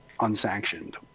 unsanctioned